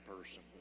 person